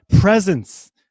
presence